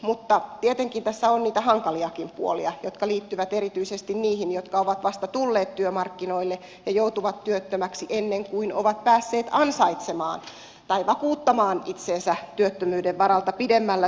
mutta tietenkin tässä on niitä hankaliakin puolia jotka liittyvät erityisesti niihin jotka ovat vasta tulleet työmarkkinoille ja joutuvat työttömäksi ennen kuin ovat päässeet ansaitsemaan tai vakuuttamaan itsensä työttömyyden varalta pidemmällä työsuhteella